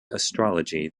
astrology